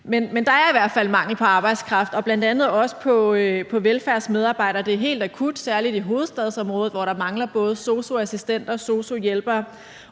Men der er i hvert fald mangel på arbejdskraft og bl.a. også på velfærdsmedarbejdere. Det er helt akut, særlig i hovedstadsområdet, hvor der mangler både sosu-assistenter og sosu-hjælpere.